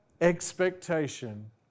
expectation